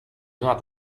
not